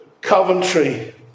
Coventry